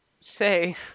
say